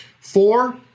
Four